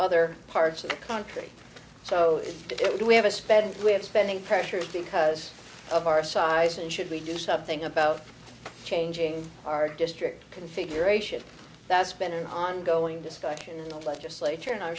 other parts of the country so do we have a sped we're spending pressures because of our size and should we do something about changing our district configuration that's been an ongoing discussion in the legislature and i'm